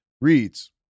reads